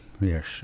yes